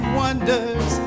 wonders